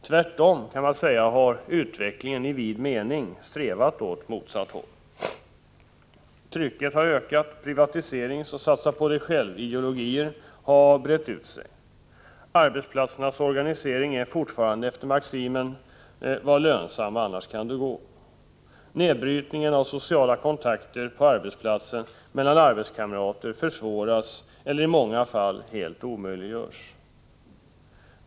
Tvärtom har utvecklingen i vid mening strävat åt motsatt håll. Trycket har ökat. Privatiseringsoch satsa-på-dejsjälv-ideologier har brett ut sig. Arbetsplatsernas organisering sker fortfa 29 rande efter maximen ”var lönsam, annars kan du gå”. Uppbyggandet av sociala kontakter på arbetsplatsen mellan arbetskamrater försvåras eller omöjliggörs helt i många fall.